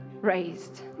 raised